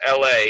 LA